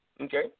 Okay